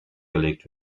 gelegt